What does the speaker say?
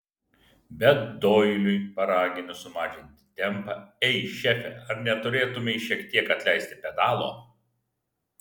bet doiliui paraginus sumažinti tempą ei šefe ar neturėtumei šiek tiek atleisti pedalo